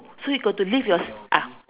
so you got to lift your s~ ah